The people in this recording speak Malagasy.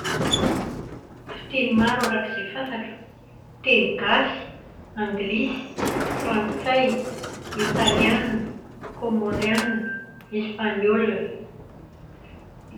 Fiteny maro arak'izay fantatro. Teny gasy, anglisy, frantsay, italiana, komoriana, espaniola.